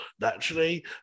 naturally